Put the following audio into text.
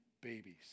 babies